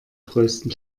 größten